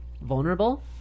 vulnerable